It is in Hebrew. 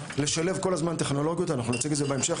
לשלב כל הזמן טכנולוגיות ואנחנו נציג את זה בהמשך.